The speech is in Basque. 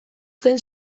zen